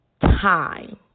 time